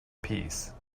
peace